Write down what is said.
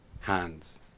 hands